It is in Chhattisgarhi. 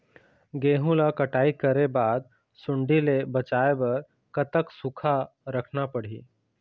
गेहूं ला कटाई करे बाद सुण्डी ले बचाए बर कतक सूखा रखना पड़ही?